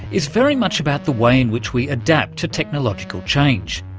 is very much about the way in which we adapt to technological change,